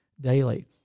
daily